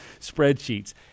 spreadsheets